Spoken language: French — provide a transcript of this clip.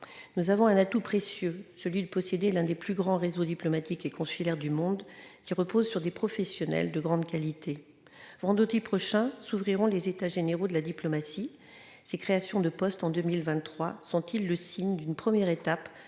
nous avons un atout précieux : celui de posséder l'un des plus grands réseau diplomatique et consulaire du monde qui repose sur des professionnels de grande qualité, vendredi prochain s'ouvriront les états généraux de la diplomatie, ces créations de postes en 2023 sont-ils le signe d'une première étape